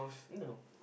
no